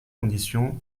conditions